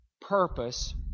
purpose